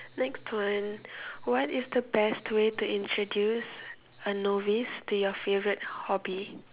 next one what is the best way to introduce a novice to your favorite hobby